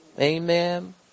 Amen